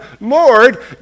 Lord